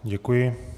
Děkuji.